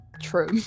true